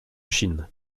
chine